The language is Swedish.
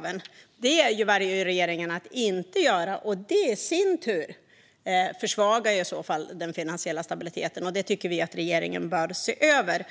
Men det väljer regeringen att inte göra, vilket försvagar den finansiella stabiliteten. Detta bör regeringen se över.